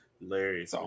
Larry